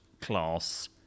class